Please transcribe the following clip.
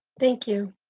thank you